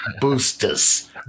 Boosters